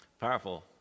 Powerful